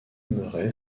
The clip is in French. murray